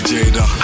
Jada